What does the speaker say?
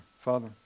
Father